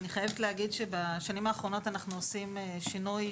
אני חייבת להגיד שבשנים האחרונות אנחנו עושים שינוי,